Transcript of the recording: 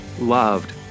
loved